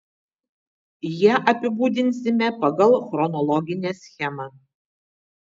ją apibūdinsime pagal chronologinę schemą